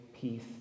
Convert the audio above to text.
peace